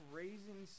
raising